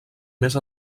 més